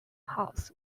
house